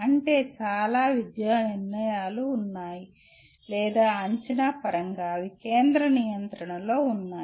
అంటే చాలా విద్యా నిర్ణయాలు ఉన్నాయి లేదా అంచనా పరంగా అవి కేంద్ర నియంత్రణలో ఉంటాయి